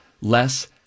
less